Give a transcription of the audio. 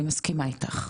אני מסכימה איתך,